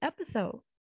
episode